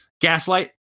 gaslight